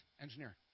Engineer